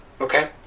Okay